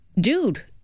dude